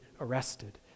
arrested